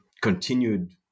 continued